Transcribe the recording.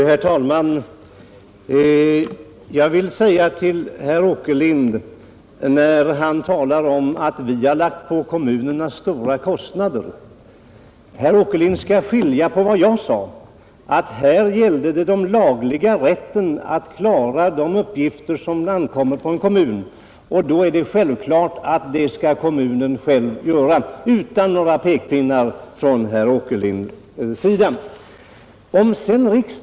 Herr talman! Då herr Åkerlind talar om att vi har lagt på kommunerna stora kostnader, vill jag säga till herr Åkerlind att han måste skilja detta från vad jag sade att det här gällde, nämligen kommunernas lagliga rätt att själva besluta om de uppgifter som ankommer på en kommun. Det är självklart att kommunerna själva, utan några pekpinnar från herr Åkerlind, skall klara dessa uppgifter.